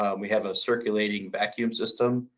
um we have a circulating vacuum system,